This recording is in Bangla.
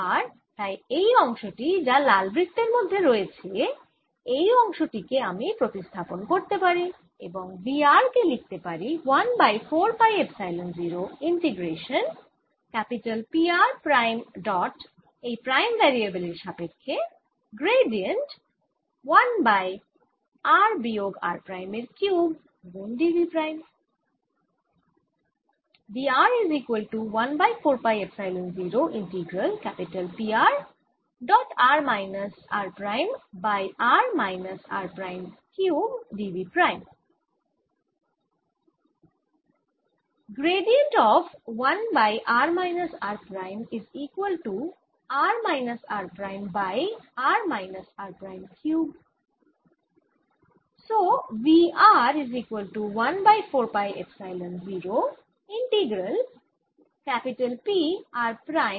এবং তাই এই অংশটি যা লাল বৃত্তের মধ্যে রয়েছে এই অংশটিকে আমি প্রথিস্থাপন করতে পারি এবং v r কে লিখতে পারি 1 by 4 pi epsilon 0 integration P r prime dot এই প্রাইম ভ্যারিয়েবল এর সাপেক্ষে গ্র্যাডিয়েন্ট 1 বাই r বিয়োগ r প্রাইম এর কিউব গুণ d v প্রাইম